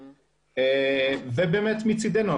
מצדנו,